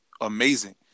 amazing